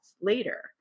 later